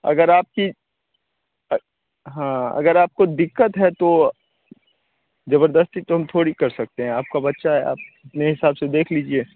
अगर आपकी हाँ अगर आपको दिक़्क़त है तो ज़बरदस्ती तो हम थोड़ी कर सकते हैं आपका बच्चा है आपने हिसाब से देख लीजिए